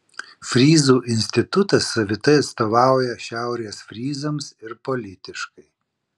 fryzų institutas savitai atstovauja šiaurės fryzams ir politiškai